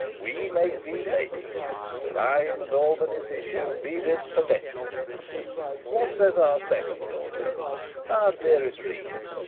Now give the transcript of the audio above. we make thee lady to thine and albany's issue be this perpetual what says our second daughter, our dearest regan,